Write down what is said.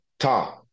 Tom